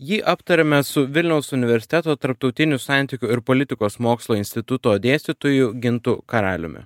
jį aptariame su vilniaus universiteto tarptautinių santykių ir politikos mokslo instituto dėstytoju gintu karaliumi